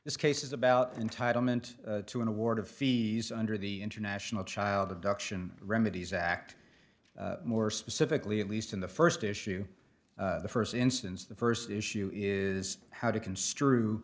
this case is about entitlement to an award of fees under the international child abduction remedies act more specifically at least in the first issue the first instance the first issue is how to construe